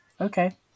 okay